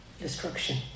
destruction